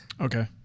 okay